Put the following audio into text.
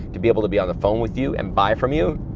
to be able to be on the phone with you, and buy from you,